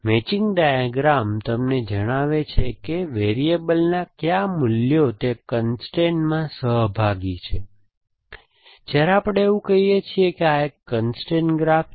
matching diagram તમને જણાવે છે કે વેરીએબલના કયા મૂલ્યો તે કન્સ્ટ્રેઇનમાં સહભાગી છે જ્યારે આપણે એવું કહીએ છીએ આ એક કન્સ્ટ્રેઇન ગ્રાફ છે